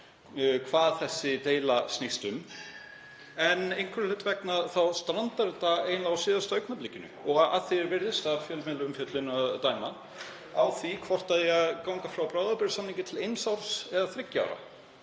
hvað þessi deila snýst um, en einhverra hluta vegna strandar þetta eiginlega á síðasta augnablikinu og að því er virðist, af fjölmiðlaumfjöllun að dæma, á því hvort eigi að ganga frá bráðabirgðasamningi til eins árs eða þriggja